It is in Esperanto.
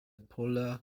pola